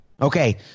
Okay